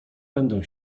będę